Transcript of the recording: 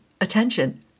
attention